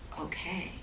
okay